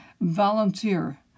volunteer